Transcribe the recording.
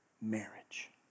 marriage